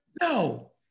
no